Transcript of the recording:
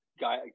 guy